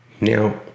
Now